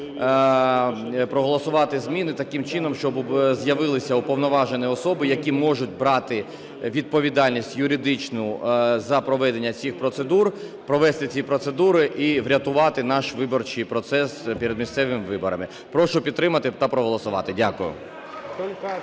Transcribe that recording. проголосувати зміни таким чином, щоб з'явилися уповноважені особи, які можуть брати відповідальність юридичну за проведення цих процедур, провести ці процедури і врятувати наш виборчий процес перед місцевими виборами. Прошу підтримати та проголосувати. Дякую.